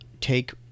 take